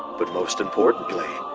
but most importantly,